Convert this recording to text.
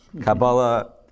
Kabbalah